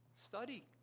Study